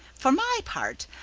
for my part,